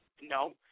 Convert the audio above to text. No